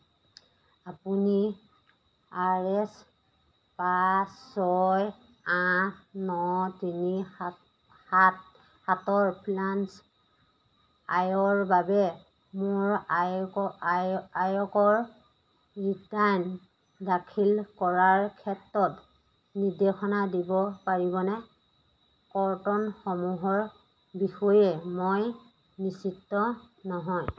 আপুনি R S পাঁচ ছয় আঠ ন তিনি সাত সাত সাতৰ ফ্ৰিলান্স আয়ৰ বাবে মোৰ আয়কৰ ৰিটাৰ্ণ দাখিল কৰাৰ ক্ষেত্ৰত নিৰ্দেশনা দিব পাৰিবনে কৰ্তনসমূহৰ বিষয়ে মই নিশ্চিত নহয়